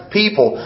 people